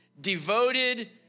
devoted